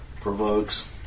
Provokes